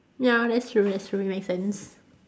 ya that's true that's true make sense